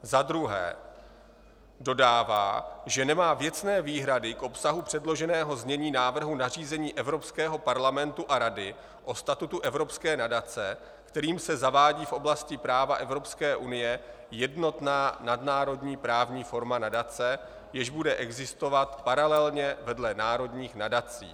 2. dodává, že nemá věcné výhrady k obsahu předloženého znění návrhu nařízení Evropského parlamentu a Rady o statutu evropské nadace, kterým se zavádí v oblasti práva Evropské unie jednotná nadnárodní právní forma nadace, jež bude existovat paralelně vedle národních nadací;